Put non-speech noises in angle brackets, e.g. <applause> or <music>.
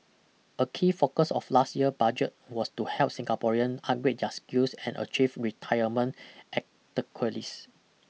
a key focus of last year budget was to help Singaporean upgrade their skills and achieve retirement <unintelligible>